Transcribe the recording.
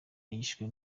yishwe